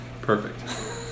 Perfect